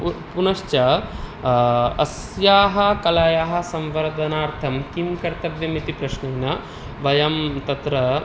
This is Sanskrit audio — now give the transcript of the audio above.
पु पुनश्च अस्याः कलायाः संवर्धनार्थं किं कर्तव्यम् इति प्रश्नेन वयं तत्र